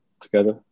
together